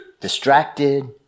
distracted